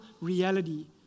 reality